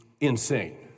insane